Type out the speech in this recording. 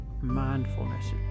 mindfulness